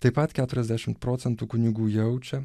taip pat keturiasdešimt procentų kunigų jaučia